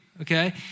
okay